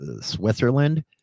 Switzerland